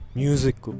music